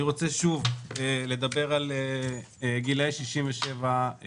אני רוצה שוב לדבר על גילי 67 פלוס